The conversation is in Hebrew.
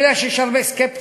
אני יודע שיש הרבה סקפטיים.